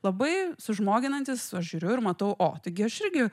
labai sužmoginantis aš žiūriu ir matau o taigi aš irgi